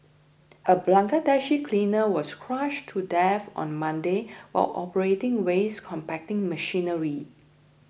a Bangladeshi cleaner was crushed to death on Monday while operating waste compacting machinery